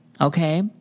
okay